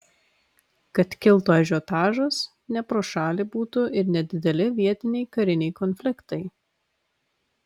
kad kiltų ažiotažas ne pro šalį būtų ir nedideli vietiniai kariniai konfliktai